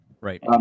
Right